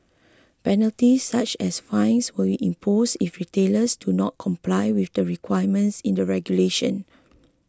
penalties such as fines will be imposed if retailers do not comply with the requirements in the regulation